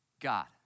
God